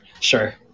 Sure